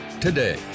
today